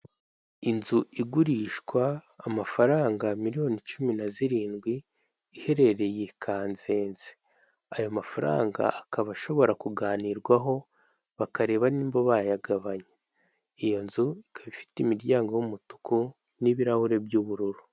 Inzu igurishwa amafaranga miliyoni cumi na zirindwi, iherereye i Kansenze. Ayo mafaranga akaba ashobora kuganirwaho bakareba nimba bayagabanya. Iyo nzu ikaba ifite imiryango y'umutuku n'ibirahure by'ubururu.